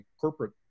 corporate